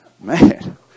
Man